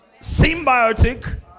Symbiotic